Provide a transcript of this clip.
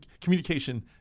communication